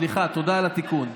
סליחה, תודה על התיקון.